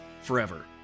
forever